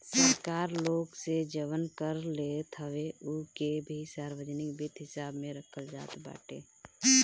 सरकार लोग से जवन कर लेत हवे उ के भी सार्वजनिक वित्त हिसाब में रखल जात बाटे